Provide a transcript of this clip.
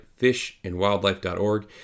fishandwildlife.org